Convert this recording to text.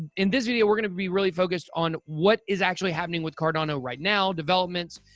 in this video, we're going to be really focused on what is actually happening with cardano right now, developments.